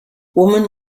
woman